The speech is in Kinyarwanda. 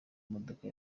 modoka